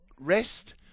Rest